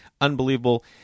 Unbelievable